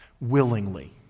Willingly